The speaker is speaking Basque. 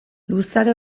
luzaro